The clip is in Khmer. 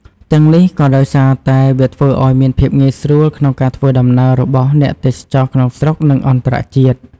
ទាំំងនេះក៏ដោយសារតែ វាធ្វើឪ្យមានភាពងាយស្រួលក្នុងការធ្វើដំណើររបស់អ្នកទេសចរក្នុងស្រុក និងអន្តរជាតិ។